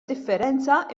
differenza